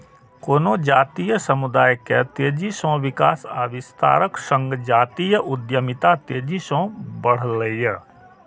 कोनो जातीय समुदाय के तेजी सं विकास आ विस्तारक संग जातीय उद्यमिता तेजी सं बढ़लैए